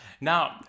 Now